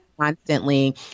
constantly